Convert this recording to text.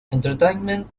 entertainment